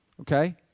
Okay